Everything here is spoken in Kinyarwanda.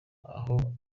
aho